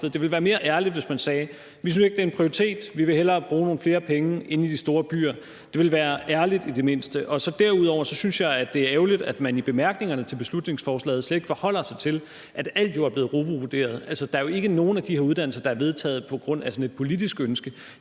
Det ville være mere ærligt, hvis man sagde: Vi synes ikke, det er en prioritet, vi vil hellere bruge nogle flere penge inde i de store byer. Det ville i det mindste være ærligt. Derudover synes jeg, det er ærgerligt, at man i bemærkningerne til beslutningsforslaget slet ikke forholder sig til, at alt jo er blevet RUVU-vurderet. Der er jo ikke nogen af de her uddannelser, der er vedtaget på grund af et politisk ønske,